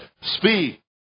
speak